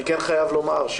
אני כן חייב לומר,